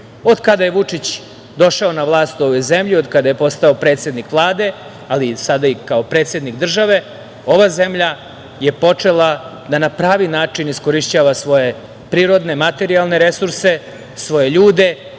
kada je Vučić došao na vlast u ovoj zemlji, od kada je postao predsednik Vlade, ali sada i kao predsednik države, ova zemlja je počela da na pravi način iskorišćava svoje prirodne, materijalne resurse, svoje ljude